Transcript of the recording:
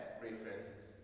preferences